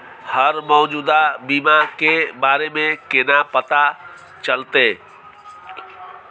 हमरा मौजूदा बीमा के बारे में केना पता चलते?